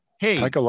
Hey